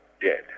dead